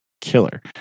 killer